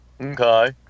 Okay